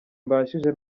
mbashije